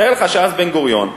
תאר לך שאז בן-גוריון,